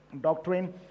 doctrine